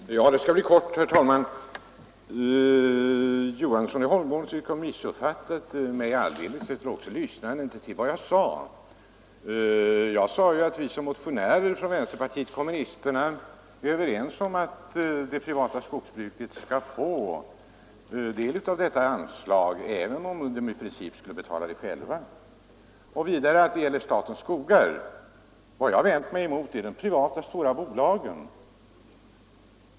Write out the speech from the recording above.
Herr talman! Det här skall bli kort. Herr Johansson i Holmgården tycks ha missuppfattat mig alldeles eller också lyssnade han inte på vad jag sade. Jag sade att vi motionärer från vänsterpartiet kommunisterna är med på att de privata skogsägarna skall få del av detta anslag även om de i princip skulle betala det själva. Vidare beträffande statens skogar: Vad jag vänt mig mot är de privata stora bolagen.